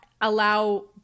allow